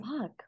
fuck